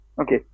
Okay